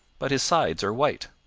but his sides are white.